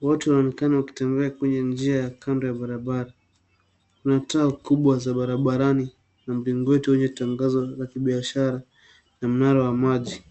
watu wanaonekana wakitembea kwenye njia ya kando ya barabara, na taa kubwa za barabarani na bango wenye kutangaza za biashara na mnara wa maji.